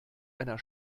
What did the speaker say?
einer